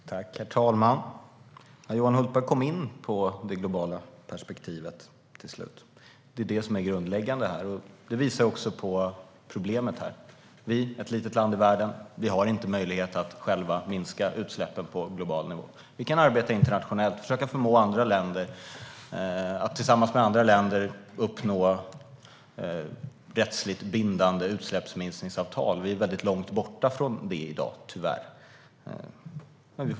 Herr talman! Johan Hultberg kom in på det globala perspektivet till slut. Det är det som är grundläggande här. Det visar också på problemet. Vi är ett litet land i världen. Vi har inte möjlighet att själva minska utsläppen på global nivå. Vi kan arbeta internationellt och försöka att tillsammans med andra länder uppnå rättsligt bindande utsläppsminskningsavtal. Vi är långt borta från det i dag, tyvärr.